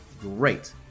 great